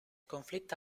conflitto